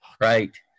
Right